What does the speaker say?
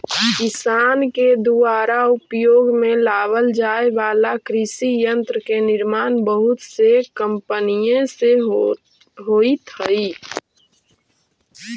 किसान के दुयारा उपयोग में लावल जाए वाला कृषि यन्त्र के निर्माण बहुत से कम्पनिय से होइत हई